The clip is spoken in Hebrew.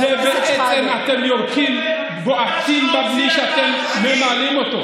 אתם יורקים ובועטים בדלי שאתם ממלאים אותו.